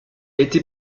été